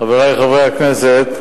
חברי חברי הכנסת,